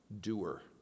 doer